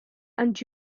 and